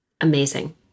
Amazing